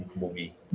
movie